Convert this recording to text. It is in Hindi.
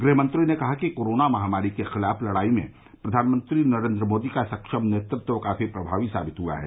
गृहमंत्री ने कहा कि कोरोना महामारी के खिलाफ लड़ाई में प्रधानमंत्री नरेन्द्र मोदी का सक्षम नेतृत्व काफी प्रभावी साबित हुआ है